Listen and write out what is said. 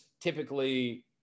typically